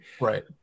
Right